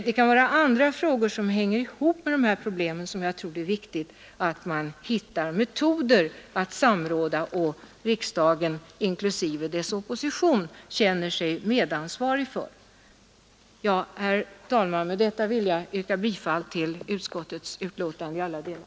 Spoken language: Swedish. Det kan finnas andra frågor som hänger samman med de här problemen, och det är viktigt att man hittar metoder för samråd så att riksdagen inklusive dess opposition känner sitt medansvar. Herr talman! Med detta vill jag yrka bifall till utskottets hemställan i alla delar.